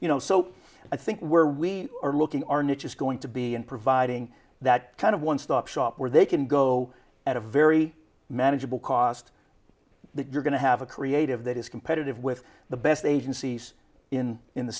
you know so i think where we are looking our niche is going to be in providing that kind of one stop shop where they can go at a very manageable cost that you're going to have a creative that is competitive with the best agencies in in the